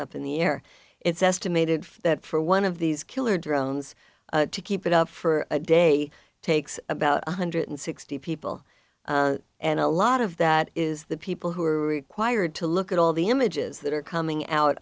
up in the air it's estimated that for one of these killer drones to keep it up for a day takes about one hundred sixty people and a lot of that is the people who are required to look at all the images that are coming out